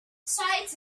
besides